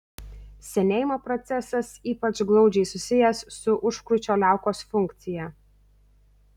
senėjimo procesas ypač glaudžiai susijęs su užkrūčio liaukos funkcija